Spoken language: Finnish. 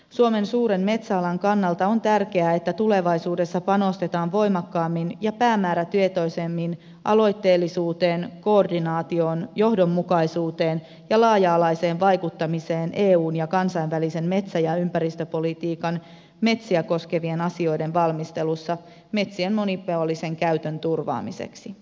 suomen suuren metsäalan kannalta on tärkeää että tulevaisuudessa panostetaan voimakkaammin ja päämäärätietoisemmin aloitteellisuuteen koordinaatioon johdonmukaisuuteen ja laaja alaiseen vaikuttamiseen eun ja kansainvälisen metsä ja ympäristöpolitiikan metsiä koskevien asioiden valmistelussa metsien monipuolisen käytön turvaamiseksi